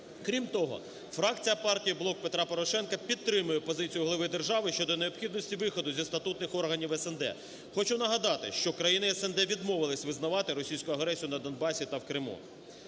Крім того, фракція Партії "Блок Петра Порошенка" підтримую позицію глави держави щодо необхідності виходу зі статутних органів СНД. Хочу нагадати, що країни СНД відмовились визнавати російську агресію на Донбасі та в Криму.